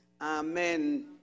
Amen